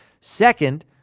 Second